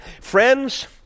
Friends